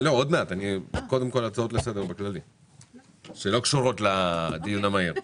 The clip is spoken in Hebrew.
שלא קשורות לדיון המהיר?